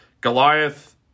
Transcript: Goliath